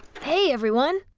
hey everyone.